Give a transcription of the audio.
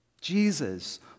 Jesus